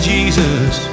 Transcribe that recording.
Jesus